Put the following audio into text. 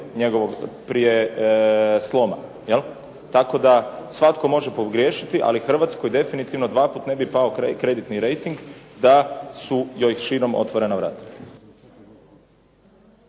prije sloma. Tako da svatko može pogriješiti. Ali Hrvatskoj dva puta ne bi pao kreditni rejting da su joj širom otvorena vrata.